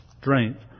strength